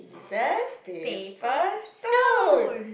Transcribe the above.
scissors paper stone